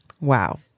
Wow